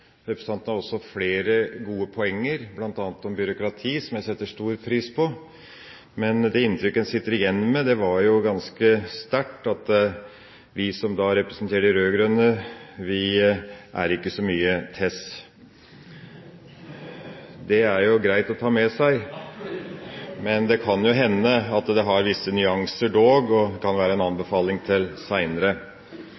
Representanten har også flere gode poenger, bl.a. om byråkrati, som jeg setter stor pris på. Men det inntrykket en sitter igjen med, er jo ganske sterkt: Vi som representerer de rød-grønne, er ikke så mye tess. Det er jo greit å ta med seg, men det kan dog hende at det har visse nyanser, og det kan være en